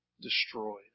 destroyed